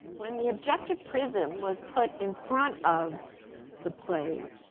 when the objective prism was put in front of the plate,